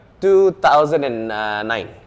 2009